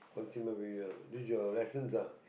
consumer with uh this is your lessons ah